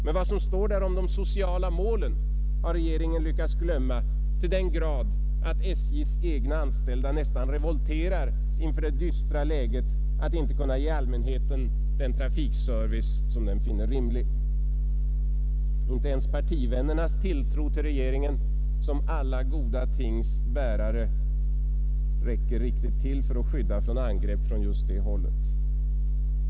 Men vad som står där om de sociala målen har regeringen lyckats glömma till den grad att SJ:s egna anställda nästan revolterar inför det dystra läget att inte kunna ge allmänheten den trafikservice som den finner rimlig. Inte ens partivännernas tilltro till regeringen som alla goda tings bärare räcker riktigt till för att skydda mot angrepp från just det hållet.